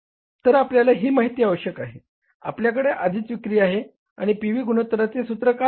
तर आपल्याला ही माहिती आवश्यक आहे आपल्याकडे आधीच विक्री आहे आणि पी व्ही गुणोत्तरचे सूत्र काय आहे